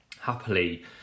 happily